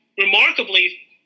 remarkably